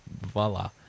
voila